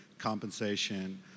compensation